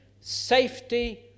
safety